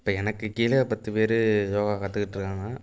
இப்ப எனக்குக் கீழே பத்து பேர் யோகா கற்றுக்கிட்ருக்காங்க